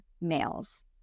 males